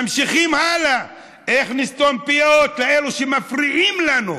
ממשיכים הלאה: איך נסתום פיות לאלה שמפריעים לנו?